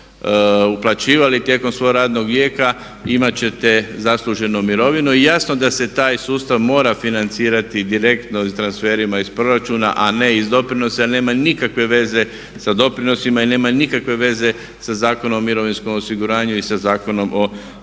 uplaćivali tijekom svog radnog vijeka imat ćete zasluženu mirovinu. I jasno da se taj sustav mora financirati i direktno transferima iz proračuna, a ne iz doprinosa, jer nema nikakve veze sa doprinosima i nema nikakve veze sa Zakonom o mirovinskom osiguranju i sa Zakonom o